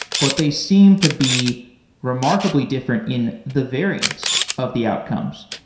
but they seem to be remarkably different in the variance of the outcomes.